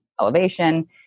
elevation